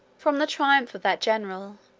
from the triumph of that general,